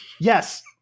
Yes